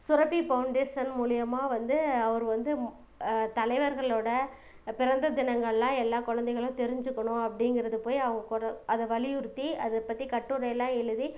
சுரப்பி ஃபௌண்டேஷன் மூலயமா வந்து அவர் வந்து தலைவர்களோட பிறந்த தினங்கள்லாம் எல்லா குழந்தைகளும் தெரிஞ்சிக்கணும் அப்படிங்கிறது போய் அவங்க கூட அதை வலியுறுத்தி அதை பத்தி கட்டுரையெல்லாம் எழுதி